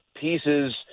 pieces